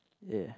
ya